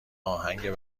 آهنگ